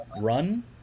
run